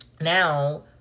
now